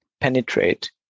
penetrate